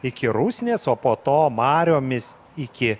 iki rusnės o po to mariomis iki